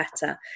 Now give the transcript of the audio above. better